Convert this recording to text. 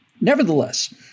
nevertheless